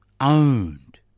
owned